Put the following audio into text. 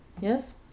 Yes